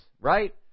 right